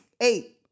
eight